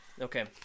Okay